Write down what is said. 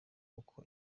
uko